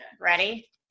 ready